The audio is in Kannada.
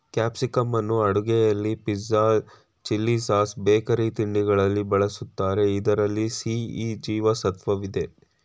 ಕ್ಯಾಪ್ಸಿಕಂನ್ನು ಅಡುಗೆಯಲ್ಲಿ ಪಿಜ್ಜಾ, ಚಿಲ್ಲಿಸಾಸ್, ಬೇಕರಿ ತಿಂಡಿಗಳಲ್ಲಿ ಬಳ್ಸತ್ತರೆ ಇದ್ರಲ್ಲಿ ಸಿ, ಇ ಜೀವ ಸತ್ವವಿದೆ